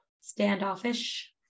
standoffish